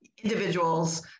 individuals